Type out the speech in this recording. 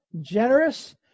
generous